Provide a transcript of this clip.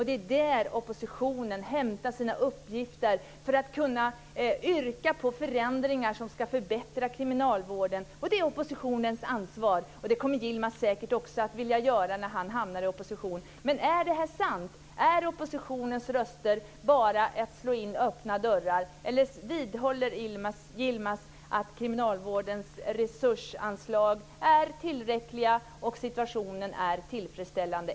Det är där oppositionen hämtar sina uppgifter för att kunna yrka på förändringar som ska förbättra kriminalvården. Det är oppositionens ansvar. Det kommer Yilmaz säkert också att vilja göra när han hamnar i opposition. Är det sant att oppositionens röster bara är att slå in öppna dörrar? Vidhåller Yilmaz att kriminalvårdens resursanslag är tillräckliga och situationen är tillfredsställande?